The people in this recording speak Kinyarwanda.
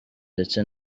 ndetse